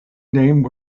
name